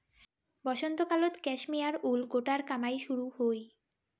বসন্তকালত cashmere wool গোটার কামাই শুরু হই